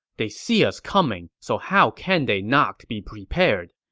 they see us coming, so how can they not be prepared?